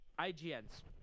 ign's